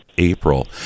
april